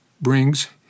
brings